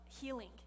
healing